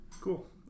Cool